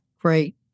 Great